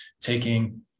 taking –